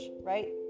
right